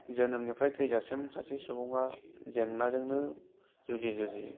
जोनोमनिफ्राय थैजासिम सासे सुबुंआ जेंनाजोंनो जुजि जुजि